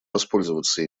воспользоваться